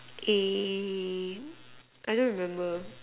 eh I don't remember